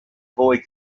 boy